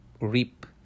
reap